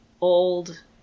old